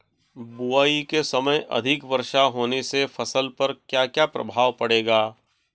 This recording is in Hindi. बुआई के समय अधिक वर्षा होने से फसल पर क्या क्या प्रभाव पड़ेगा?